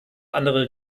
andere